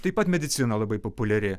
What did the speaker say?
taip pat medicina labai populiari